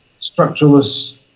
structuralist